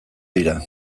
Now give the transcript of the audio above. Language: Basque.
dira